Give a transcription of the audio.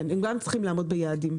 כן, הם גם צריכים לעמוד ביעדים.